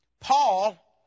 Paul